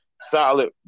solid